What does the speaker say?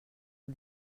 aux